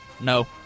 No